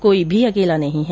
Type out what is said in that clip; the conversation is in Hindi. कोई भी अकेला नहीं है